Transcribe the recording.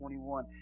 21